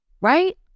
Right